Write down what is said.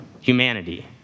humanity